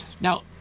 Now